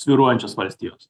svyruojančios valstijos